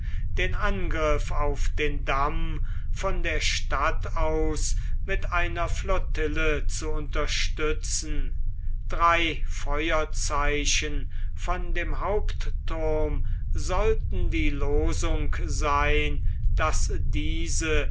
den angriff auf den damm von der stadt aus mit einer flottille zu unterstützen drei feuerzeichen von dem hauptthurm sollten die losung sein daß diese